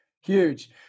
huge